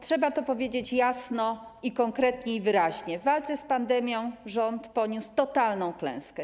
Trzeba powiedzieć jasno, konkretnie i wyraźnie, że w walce z pandemią rząd poniósł totalną klęskę.